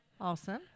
Awesome